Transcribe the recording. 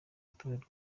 rutonde